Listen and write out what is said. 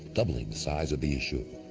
doubling the size of the issue.